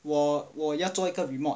我我要做一个 remod